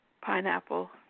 pineapple